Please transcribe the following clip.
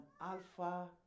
Alpha